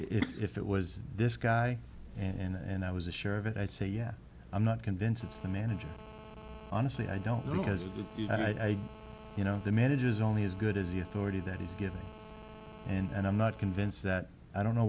if it was this guy and i was assured of it i say yeah i'm not convinced it's the manager honestly i don't know because i you know the manager is only as good as the authority that he's given and i'm not convinced that i don't know